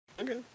Okay